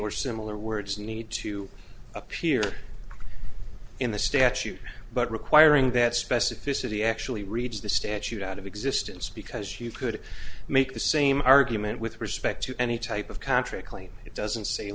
or similar words need to appear in the statute but requiring that specificity actually reads the statute out of existence because you could make the same argument with respect to any type of contract claim it doesn't say